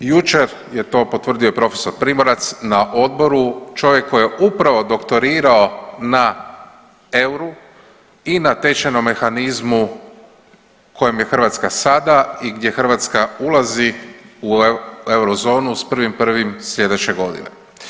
Jučer je to potvrdio prof. Primorac na odboru, čovjek koji je upravo doktorirao na euru i na tečajnom mehanizmu kojem je Hrvatska i gdje Hrvatska ulazi u eurozonu s 1.1. slijedeće godine.